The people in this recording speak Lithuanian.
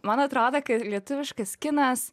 man atrodo kad lietuviškas kinas